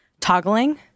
toggling